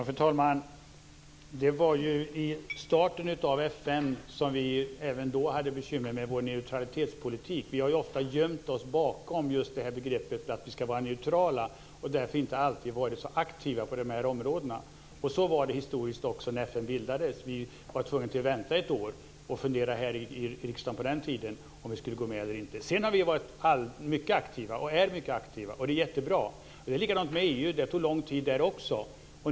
Fru talman! Det var ju i samband med starten av FN som vi - även då - hade bekymmer med vår neutralitetspolitik. Vi har ofta gömt oss bakom just det här begreppet, att vi ska vara neutrala. Därför har vi inte alltid varit så aktiva på de här områdena. Så var det också historiskt när FN bildades. Vi var tvungna att vänta ett år och fundera här i riksdagen på om vi skulle gå med eller inte. Sedan har vi varit mycket aktiva, och vi är mycket aktiva. Det är jättebra. Det är likadant med EU. Det tog lång tid där också.